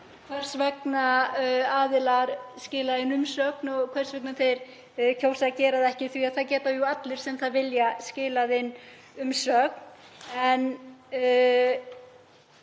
hvers vegna aðilar skila inn umsögn og hvers vegna þeir kjósa að gera það ekki. Það geta jú allir sem það vilja skilað inn umsögn.